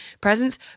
presents